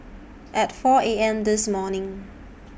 At four A M This morning